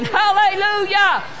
hallelujah